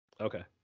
Okay